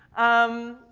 um,